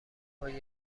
پای